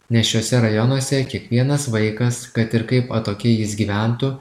nes šiuose rajonuose kiekvienas vaikas kad ir kaip atokiai jis gyventų